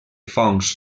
fongs